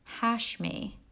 HashMe